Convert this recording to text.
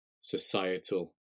societal